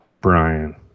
Brian